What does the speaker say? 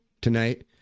tonight